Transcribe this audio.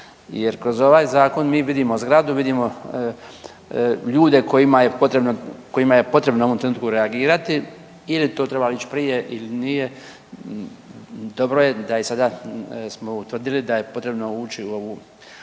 Jer kroz ovaj Zakon mi vidimo zgradu, vidimo ljude kojima je potrebno u ovom trenutku reagirati. Je li to trebali ići prije ili nije, dobro da je sada smo utvrdili da je potrebno ući u ovu,